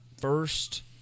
First